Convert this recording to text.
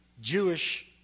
Jewish